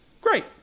great